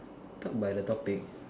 talk by the topic